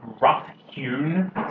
rough-hewn